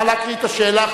נא להקריא את השאלה,